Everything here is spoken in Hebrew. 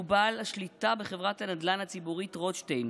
הוא בעל השליטה בחברת הנדל"ן הציבורית רוטשטיין